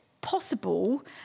possible